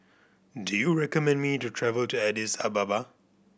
do you recommend me to travel to Addis Ababa